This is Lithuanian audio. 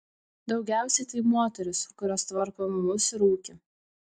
daugiausiai tai moterys kurios tvarko namus ir ūkį